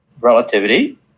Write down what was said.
relativity